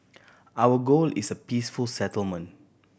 our goal is a peaceful settlement